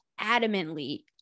adamantly